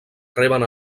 reben